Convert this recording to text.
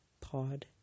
pod